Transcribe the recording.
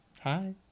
Hi